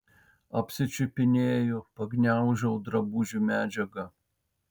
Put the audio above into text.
apsičiupinėju pagniaužau drabužių medžiagą